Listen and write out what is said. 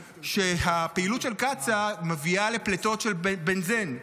שהפעילות של קצ"א מביאה לפליטות של בנזן,